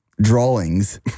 drawings